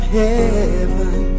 heaven